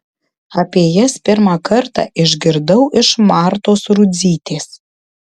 apie jas pirmą kartą išgirdau iš martos rudzytės